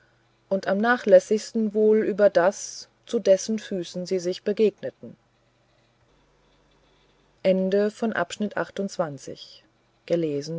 und am nachlässigsten wohl über das zu dessen füßen sie sich begegneten